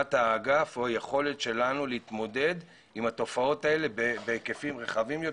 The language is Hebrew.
הקמת האגף היא היכולת שלנו להתמודד עם התופעות האלה בהיקפים רחבים,